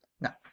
Now